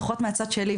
לפחות מהצד שלי,